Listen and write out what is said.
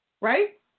right